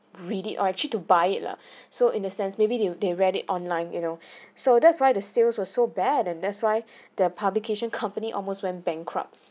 read it or actually to buy it lah so in a sense maybe they they read it online you know so that's why the sales was so bad and that's why the publication company almost went bankrupt